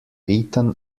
eaten